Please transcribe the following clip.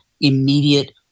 immediate